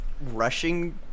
rushing